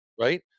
Right